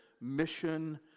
Mission